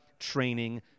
Training